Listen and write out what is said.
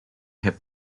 hip